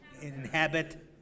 Inhabit